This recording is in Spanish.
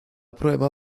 prueba